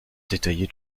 détaillée